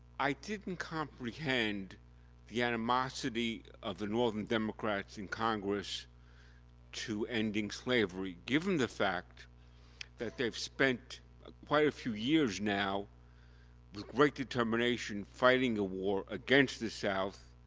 i didn't comprehend the animosity of the northern democrats in congress to ending slavery. given the fact that they've spent quite a few years now with great determination fighting the war against the south,